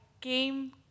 came